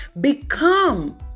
Become